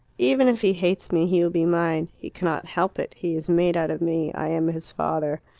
even if he hates me he will be mine. he cannot help it he is made out of me i am his father.